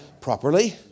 properly